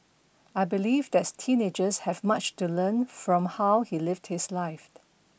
I believe that's teenagers have much to learn from how he lived his life